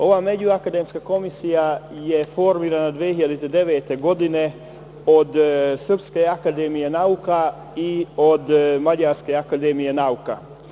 Ova međuakademska komisija je formirana 2009. godine od Srpske akademije nauka i umetnosti i od Mađarske akademije nauka.